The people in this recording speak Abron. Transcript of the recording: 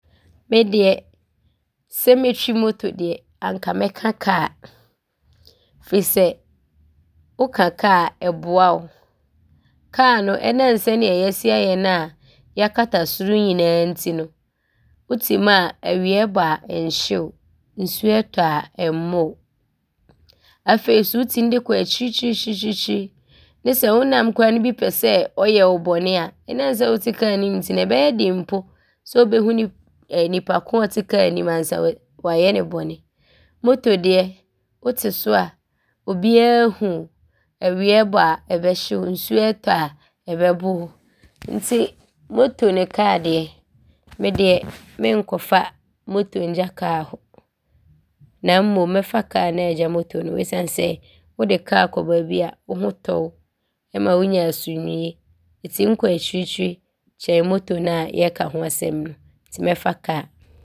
Ndeɛ, sɛ mɛtwi moto deɛ, nka mɛka kaa firi sɛ woka kaa a, ɔboa wo. Kaa no, ɔnam sɛdeɛ bɛasi ayɛ no ne bakata soro nyinaa nti no, wote mu a, awia ɔɔbɔ a, ɔnhye wo. Nsuo ɔɔtɔ a, ɔmmo wo. Afei so wotim de kɔ akyirikyirikyiri. Sɛ wonam koraa ne bi pɛ sɛ ɔyɛ wo bɔne a, ɔnam sɛ wote kaa no mu nti no, ɔbɛyɛ den mpo sɛ ɔbɛhu nnipa korɔ a ɔte kaa no mu ansa wayɛ no bɔne. Moto deɛ, wote so a biaa hu wo. Awia ɔɔbɔ a, ɔbɛhye wo. Nsuo ɔɔtɔ a, ɔbɛbo wo nti moto ne kaa deɛ, ndeɛ menkɔfa moto ngya kaa na mmom mɛfa kaa no aagya moto esiane sɛ wode kaa kɔ baabi a wo ho tɔ wo, ɔma wonya asomdwie. Ɔtim kɔ akyirikyiri kyɛn moto no a yɛreka ho asɛm no.